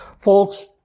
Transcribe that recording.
Folks